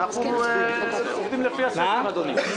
אנחנו עובדים לפי הספר, אדוני.